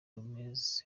gomez